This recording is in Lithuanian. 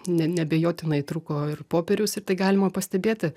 ne neabejotinai trūko ir popieriaus ir tai galima pastebėti